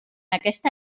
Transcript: aquesta